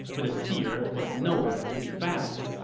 but the seer was nowhere to be found.